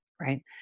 right